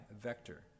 Vector